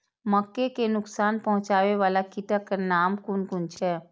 मके के नुकसान पहुँचावे वाला कीटक नाम कुन कुन छै?